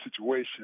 situation